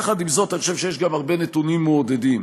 עם זאת, אני חושב שיש גם הרבה נתונים מעודדים: